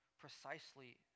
precisely